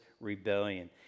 rebellion